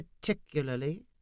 particularly